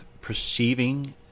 perceiving